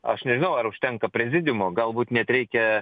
aš nežinau ar užtenka prezidiumo galbūt net reikia